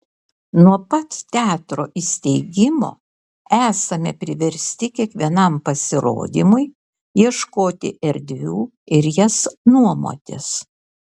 nuo pat teatro įsteigimo esame priversti kiekvienam pasirodymui ieškoti erdvių ir jas nuomotis